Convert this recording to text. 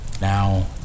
Now